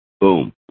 Boom